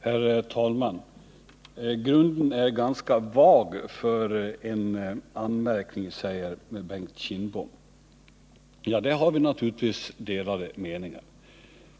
Herr talman! Grunden är ganska vag för en anmärkning, säger Bengt Kindbom. Det har vi naturligtvis delade meningar om.